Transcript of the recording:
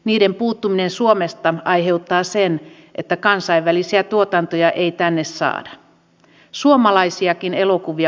olisi pitänyt löytää joustoa siihen että työtehtäviä oltaisiin voitu muuttaa